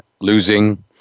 losing